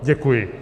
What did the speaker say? Děkuji.